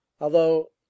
Although